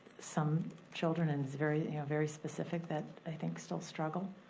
some children, and very very specific, that i think still struggle.